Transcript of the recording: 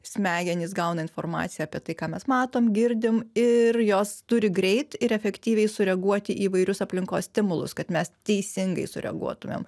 smegenys gauna informaciją apie tai ką mes matom girdim ir jos turi greit ir efektyviai sureaguoti į įvairius aplinkos stimulus kad mes teisingai sureaguotumėm